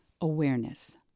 awareness